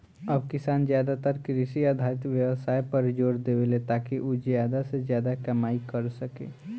अब किसान ज्यादातर कृषि आधारित व्यवसाय पर जोर देवेले, ताकि उ ज्यादा से ज्यादा कमाई कर सके